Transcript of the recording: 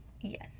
Yes